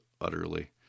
utterly